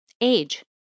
age